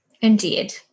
Indeed